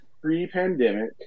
pre-pandemic